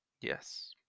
Yes